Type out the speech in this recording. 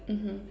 mmhmm